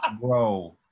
bro